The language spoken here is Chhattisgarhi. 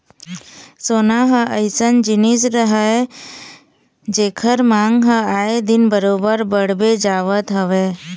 सोना ह अइसन जिनिस हरय जेखर मांग ह आए दिन बरोबर बड़ते जावत हवय